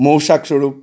মৌচাক স্বৰূপ